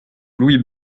louis